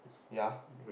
ya